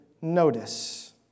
notice